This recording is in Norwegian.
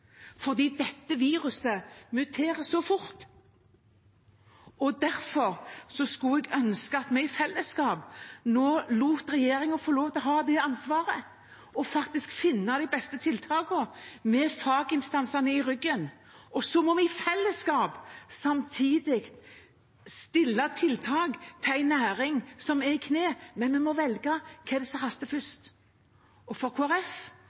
fordi dette viruset muterer så fort. Derfor skulle jeg ønske at vi i fellesskap nå lot regjeringen få ha ansvaret for faktisk å finne de beste tiltakene, med faginstansene i ryggen. I fellesskap må vi samtidig stille med tiltak for en næring som er i knep, men vi må velge hva som haster mest, og for